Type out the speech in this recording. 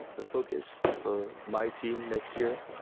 the focus for my team next year,